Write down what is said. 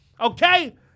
okay